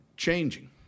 changing